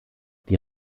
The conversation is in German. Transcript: die